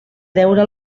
deure